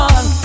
One